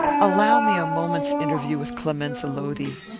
allow me a moment's interview with clemenza lodi.